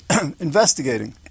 investigating